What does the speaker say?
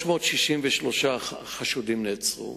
366 חשודים נעצרו